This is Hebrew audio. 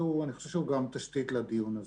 ואני חושב שהוא גם תשתית לדיון הזה.